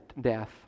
death